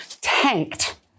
tanked